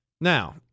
Now